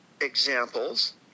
examples